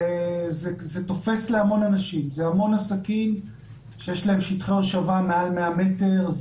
זה תופס להמון אנשים זה המון עסקים שיש להם שטחי הושבה מעל 100 מטר,